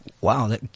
Wow